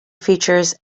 features